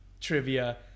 Trivia